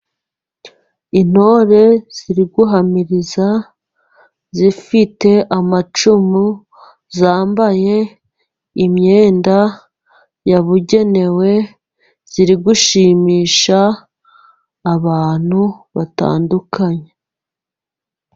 Intore ziriguhamiriza zifite amacumu zambaye imyenda yabugenewe zirigushimisha abantu batandukanye.